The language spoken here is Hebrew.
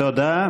תודה.